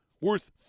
worth